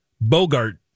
Bogart